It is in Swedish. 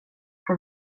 ska